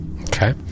okay